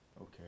Okay